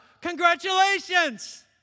Congratulations